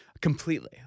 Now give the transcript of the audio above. completely